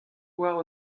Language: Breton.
war